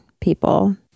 people